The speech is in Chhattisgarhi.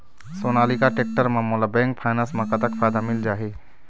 सोनालिका टेक्टर म मोला बैंक फाइनेंस म कतक फायदा मिल जाही?